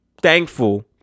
thankful